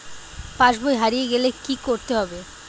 পাশবই হারিয়ে গেলে কি করতে হবে?